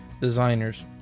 Designers